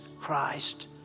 Christ